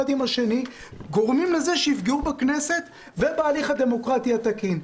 השני גורמים לזה שיפגעו בכנסת ובהליך הדמוקרטי התקין.